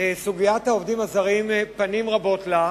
סוגיית העובדים הזרים פנים רבות לה,